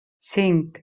cinc